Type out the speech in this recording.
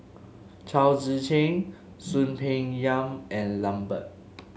Chao Tzee Cheng Soon Peng Yam and Lambert